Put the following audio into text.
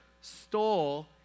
stole